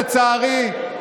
לצערי,